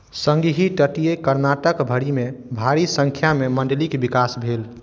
सङ्गहि तटीय कर्नाटक भरिमे भारी सङ्ख्यामे मण्डलीक विकास भेल